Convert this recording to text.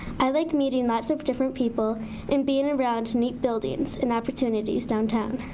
i like meeting lots of different people and being around neat buildings and opportunities downtown.